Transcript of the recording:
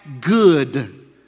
good